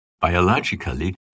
Biologically